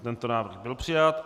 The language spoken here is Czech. Tento návrh byl přijat.